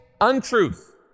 untruth